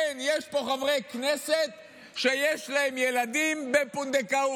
כן, יש פה חברי כנסת שיש להם ילדים בפונדקאות,